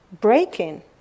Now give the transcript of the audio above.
breaking